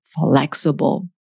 flexible